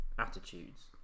Attitudes